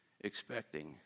expecting